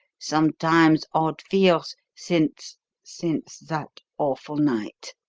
sometimes odd fears, since since that awful night.